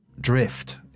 drift